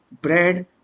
bread